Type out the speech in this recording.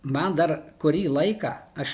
man dar kurį laiką aš